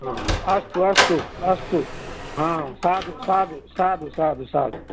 अस्तु अस्तु अस्तु साधुः साधुः साधुः साधुः साधुः साधुः